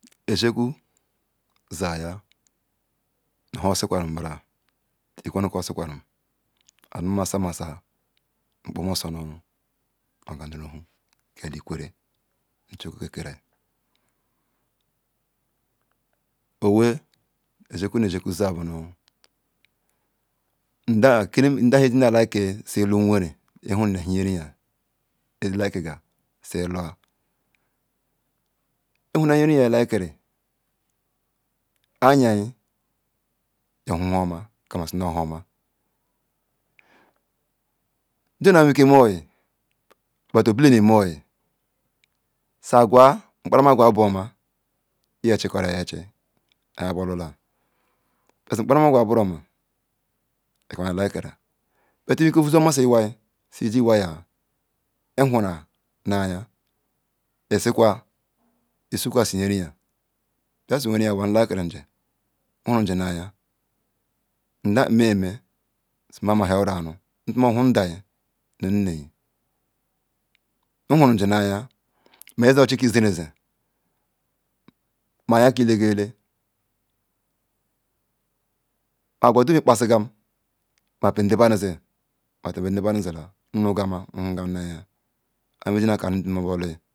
Azekwu zaya nu ohan osi kwarum mbra iquanu ka osi quarum am mmasa ma sa mkpoma oso nu nu oga nu ruhun nu eli ikwerre chukika/ceral owe aze kwu nu aze kwu owe ndaham likiri nu enhen yenriyen so iloh ihunal yeriyin like kiri aya yo han no huma teama si nu bu hunma jinal wariken me oye bet obila nu oye saqua nki parama aqua bu oma iye chikori chi iya kanu aweyen bulula bet so kparama quar broma ikanu awiyen like kiri bet iweriken yosol massi iwai si ji iwai yen ihun ihunran nuiyan isikwa isukwa i canna bia so wenriyen nu like kiri ji n huruji nayin nda mme yeme so ma ma hia oronu mohun ndal nu nne hunji na yin ma izin ochi ke izen ri zen ma ayen kila gali akwedum ikpasi gal be de badon si ma pal nda badun si ma kpal nde badun zi la nnu ma mhen gama.